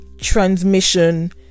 transmission